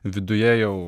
viduje jau